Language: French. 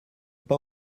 pas